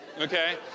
Okay